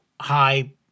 high